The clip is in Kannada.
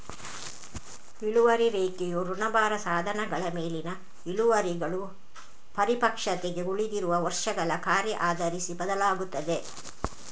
ಇಳುವರಿ ರೇಖೆಯು ಋಣಭಾರ ಸಾಧನಗಳ ಮೇಲಿನ ಇಳುವರಿಗಳು ಪರಿಪಕ್ವತೆಗೆ ಉಳಿದಿರುವ ವರ್ಷಗಳ ಕಾರ್ಯ ಆಧರಿಸಿ ಬದಲಾಗುತ್ತದೆ